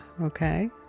okay